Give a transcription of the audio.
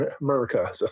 america